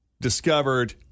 discovered